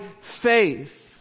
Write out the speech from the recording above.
faith